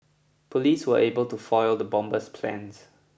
police were able to foil the bomber's plans